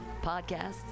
podcasts